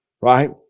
Right